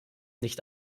nicht